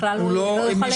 בכלל הוא לא יכול להירשם.